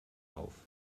auf